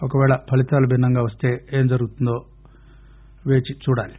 ఒకపేళ ఫలీతాలు భిన్నంగా వస్తేఏం జరుగుతుందో ఎదురుచూడాలి